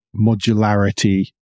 modularity